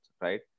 right